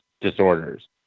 disorders